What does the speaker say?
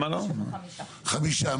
חמישה.